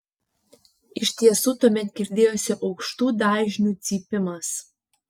iš tiesų tuomet girdėjosi aukštų dažnių cypimas